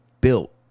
built